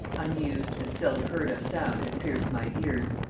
unused, and seld heard of sound had pierced my ears,